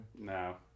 no